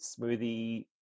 smoothie